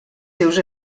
seus